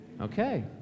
Okay